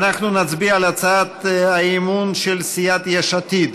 אנחנו נצביע על הצעת האי-אמון של סיעת יש עתיד: